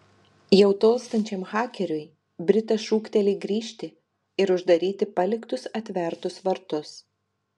jau tolstančiam hakeriui britas šūkteli grįžti ir uždaryti paliktus atvertus vartus